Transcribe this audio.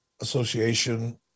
association